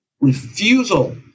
refusal